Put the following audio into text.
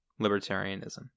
Libertarianism